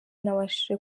nabashije